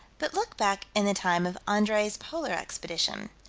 but look back in the time of andree's polar expedition.